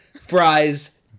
fries